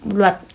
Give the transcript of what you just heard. luật